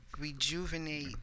rejuvenate